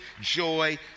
joy